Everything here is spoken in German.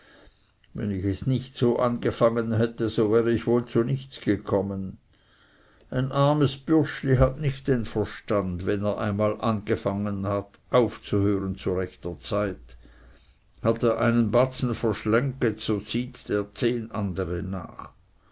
wenn ich es nicht so angefangen hätte so wäre ich wohl zu nichts gekommen ein armes bürschli hat nicht den verstand wenn er einmal angefangen hat aufzuhören zu rechter zeit hat er einen batzen verschlengget so zieht der zehn andere nach